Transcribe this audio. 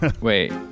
wait